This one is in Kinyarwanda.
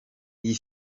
iyi